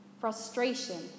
frustration